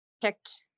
kicked